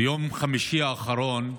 ביום חמישי האחרון,